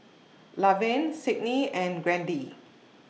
Lavelle Sydney and Grady